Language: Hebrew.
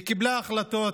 והיא קיבלה החלטות,